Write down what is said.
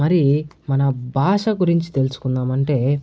మరి మన భాష గురించి తెలుసుకుందామంటే